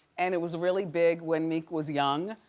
and it was really big when meek was young.